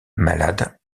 malade